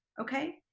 okay